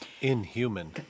Inhuman